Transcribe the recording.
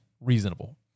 reasonable